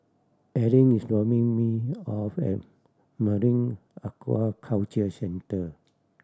Arleen is dropping me off at Marine Aquaculture Centre